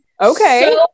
Okay